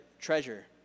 treasure